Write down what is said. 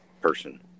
person